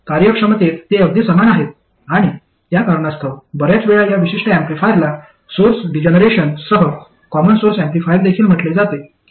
तर कार्यक्षमतेत ते अगदी समान आहेत आणि त्या कारणास्तव बर्याच वेळा या विशिष्ट एम्पलीफायरला सोर्स डीजेनेरेशन सह कॉमन सोर्स ऍम्प्लिफायर देखील म्हटले जाते